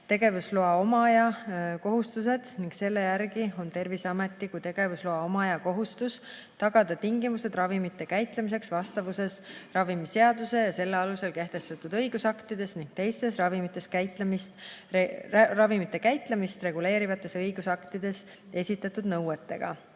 tegevusloa omaja kohustused ning selle järgi on Terviseameti kui tegevusloa omaja kohustus tagada tingimused ravimite käitlemiseks vastavuses ravimiseaduse ja selle alusel kehtestatud õigusaktides ning teistes ravimite käitlemist reguleerivates õigusaktides esitatud nõuetega.